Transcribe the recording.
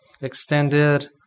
extended